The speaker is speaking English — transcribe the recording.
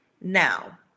Now